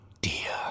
dear